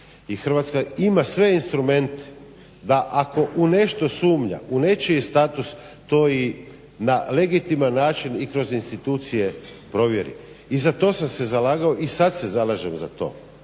Hrvatska ima sve instrumente da ako u nešto sumnja, u nečiji status to i na legitiman način i kroz institucije provjeri. I za to sam se zalagao i sad se zalažem za to.